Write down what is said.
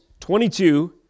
22